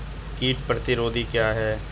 कीट प्रतिरोधी क्या है?